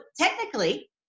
technically